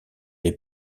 les